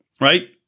right